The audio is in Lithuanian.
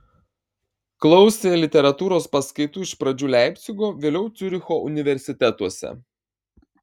klausė literatūros paskaitų iš pradžių leipcigo vėliau ciuricho universitetuose